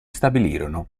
stabilirono